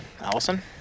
Allison